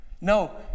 No